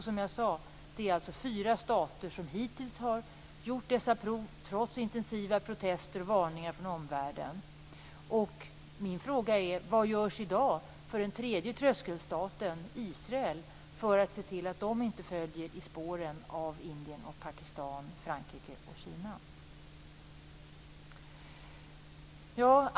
Som jag sade är det alltså fyra stater som hittills har gjort dessa prov trots intensiva protester och varningar från omvärlden. Min fråga är: Vad görs i dag för att se till att den tredje tröskelstaten, Israel, inte följer i spåren efter Indien, Pakistan, Frankrike och Kina?